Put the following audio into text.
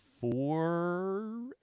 four